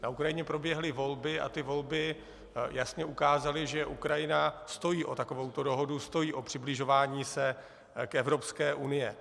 Na Ukrajině proběhly volby a ty volby jasně ukázaly, že Ukrajina stojí o takovouto dohodu, stojí o přibližování se k Evropské unii.